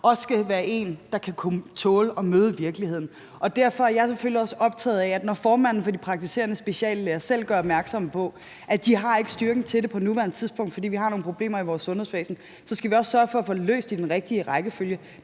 skal være en, der kan tåle at møde virkeligheden. Derfor er jeg selvfølgelig også optaget af, at når formanden for de praktiserende speciallæger selv gør opmærksom på, at de ikke har styrken til det på nuværende tidspunkt, fordi vi har nogle problemer i vores sundhedsvæsen, så skal vi også sørge for at få det løst i den rigtige rækkefølge.